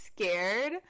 scared